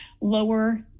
lower